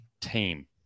team